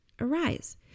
arise